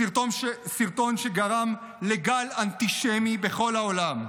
סרטון שגרם לגל אנטישמי בכל העולם,